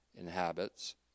inhabits